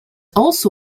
also